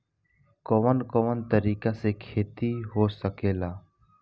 कवन कवन तरीका से खेती हो सकेला